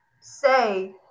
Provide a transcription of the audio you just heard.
say